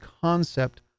concept